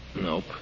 Nope